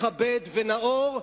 מכבד ונאור,